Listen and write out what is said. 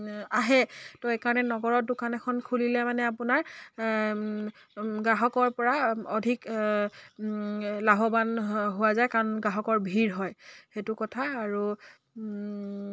আহে ত' এইকাৰণে নগৰত দোকান এখন খুলিলে মানে আপোনাৰ গ্ৰাহকৰ পৰা অধিক লাভৱান হোৱা যায় কাৰণ গ্ৰাহকৰ ভিৰ হয় সেইটো কথা আৰু